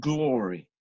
Glory